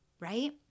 Right